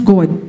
God